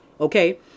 Okay